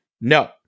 No